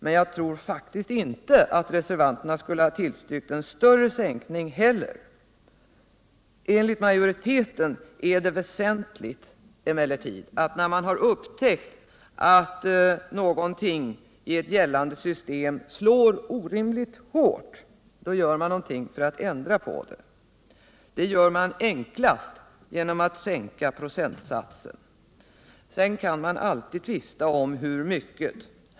Men jag tror faktiskt inte att reservanterna skulle ha tillstyrkt en större sänkning heller. Men enligt majoriteten är det väsentligt att man, när man har upptäckt att någonting i ett gällande system slår orimligt hårt, gör någonting för att ändra på det. Det gör man enklast genom att sänka procentsatsen. Sedan kan man alltid tvista om hur mycket.